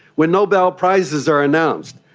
when nobel prizes are announced,